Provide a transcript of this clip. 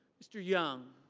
mr. young.